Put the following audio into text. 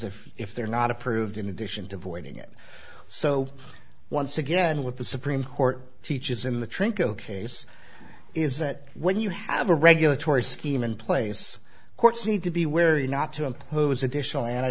if if they're not approved in addition to avoiding it so once again what the supreme court teaches in the trunk oks is that when you have a regulatory scheme in place courts need to be wary not to impose additional an